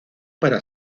para